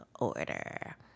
order